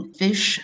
fish